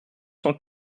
cent